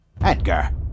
Edgar